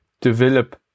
develop